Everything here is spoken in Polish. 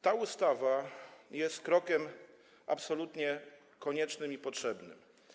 Ta ustawa jest krokiem absolutnie koniecznym i potrzebnym.